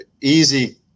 easy